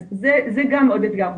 אז זה גם עוד אתגר.